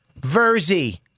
Verzi